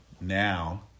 now